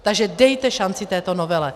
Takže dejte šanci této novele.